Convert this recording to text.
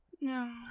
No